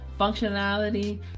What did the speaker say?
Functionality